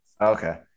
Okay